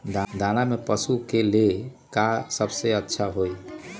दाना में पशु के ले का सबसे अच्छा होई?